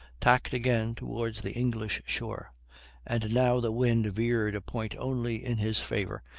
tacked again towards the english shore and now the wind veered a point only in his favor,